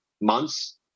months